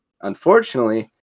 unfortunately